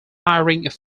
provide